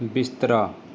ਬਿਸਤਰਾ